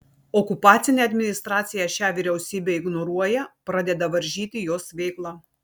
okupacinė administracija šią vyriausybę ignoruoja pradeda varžyti jos veiklą